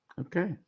okay